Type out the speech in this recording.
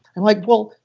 i'm like, well,